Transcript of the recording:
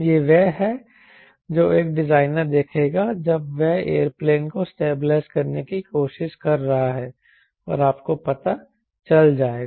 यह वह है जो एक डिजाइनर देखेगा जब वह एयरप्लेन को स्टेबलाइज़ करने की कोशिश कर रहा है और आपको पता चल जाएगा